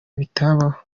bitabaho